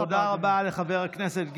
תודה רבה לחבר הכנסת גינזבורג.